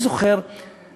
אני זוכר את